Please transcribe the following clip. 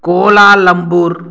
Kuala Lumpur